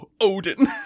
Odin